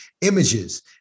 images